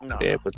No